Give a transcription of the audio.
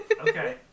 Okay